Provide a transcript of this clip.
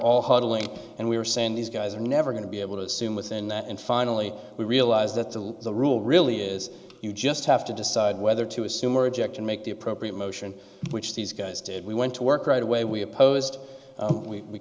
all huddling and we were saying these guys are never going to be able to assume within that and finally we realize that the the rule really is you just have to decide whether to assume or objection make the appropriate motion which these guys did we went to work right away we opposed